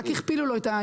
הכפילו לו.